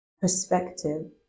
perspective